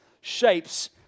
shapes